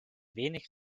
wenig